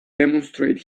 demonstrate